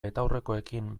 betaurrekoekin